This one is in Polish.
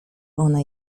ona